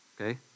okay